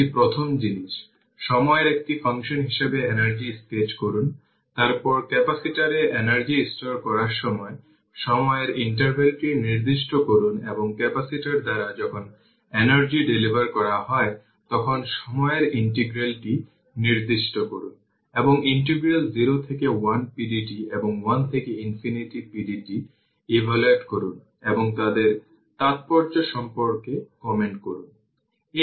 অতএব একটি সমান ইকুইভ্যালেন্স সার্কিট এই ক্যাপাসিটর হবে এটি একটি সোর্স ফ্রি সার্কিট এবং এটি 01 ফ্যারাড এবং এই R এটি হল Req 4 মনে রাখবেন এই ধরনের জিনিসের জন্য R থেভেনিনকে প্রথম ইকুইভ্যালেন্ট করতে হবে